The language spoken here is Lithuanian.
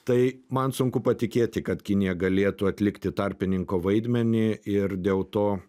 tai man sunku patikėti kad kinija galėtų atlikti tarpininko vaidmenį ir dėl to